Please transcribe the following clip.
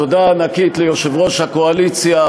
תודה ענקית ליושב-ראש הקואליציה,